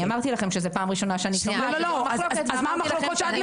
אני אמרתי לכם שזאת פעם ראשונה שאני שומעת על כך.